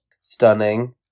Stunning